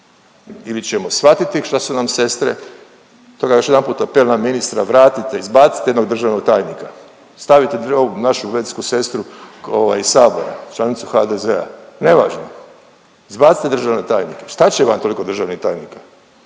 Ili ćemo shvatiti što su nam sestre, stoga još jednom apel na ministra vratite, izbacite jednog državnog tajnika. Stavite ovu našu medicinsku sestru iz Sabora, članicu HDZ-a, nevažno, izbacite državne tajnike. Šta će vam toliko državnih tajnika?